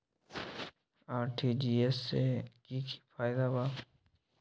RTGS से की की फायदा बा?